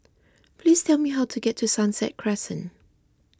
please tell me how to get to Sunset Crescent